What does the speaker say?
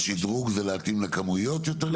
השדרוג הוא להתאים לכמויות גדולות יותר?